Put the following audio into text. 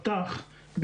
כפי שהתבקשתי,